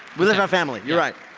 we like family. you're right.